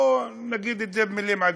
בואו נגיד את זה במילים עדינות,